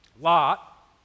Lot